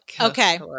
Okay